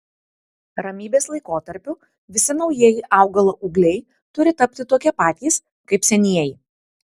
ramybės laikotarpiu visi naujieji augalo ūgliai turi tapti tokie patys kaip senieji